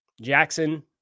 Jackson